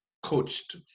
coached